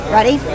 Ready